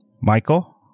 Michael